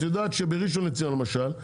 את יודעת שבראשון לציון למשל,